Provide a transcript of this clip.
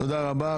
תודה רבה.